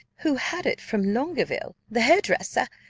who had it from longueville, the hairdresser,